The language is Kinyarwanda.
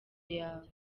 yawe